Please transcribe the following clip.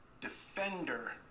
defender